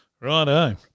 Righto